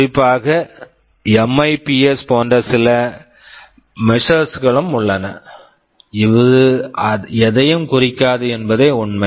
குறிப்பாக MIPS MIPS போன்ற சில மெசர்ஸ் measures கள் உள்ளன இது எதையும் குறிக்காது என்பதே உண்மை